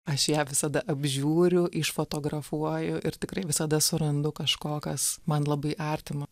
aš ją visada apžiūriu išfotografuoju ir tikrai visada surandu kažko kas man labai artima